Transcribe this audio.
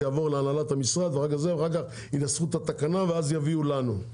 יעבור להנהלת המשרד ואחר כך ינסחו את התקנה ואז יביאו לנו.